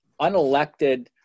unelected